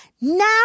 Now